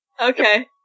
Okay